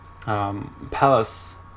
Palace